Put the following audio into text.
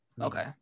Okay